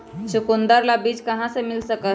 चुकंदर ला बीज कहाँ से मिल सका हई?